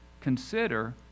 consider